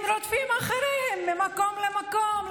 הם רודפים אחריהם ממקום למקום.